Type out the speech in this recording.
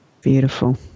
Beautiful